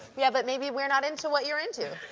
yeah, but maybe we're not into what you're into.